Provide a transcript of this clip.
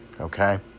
okay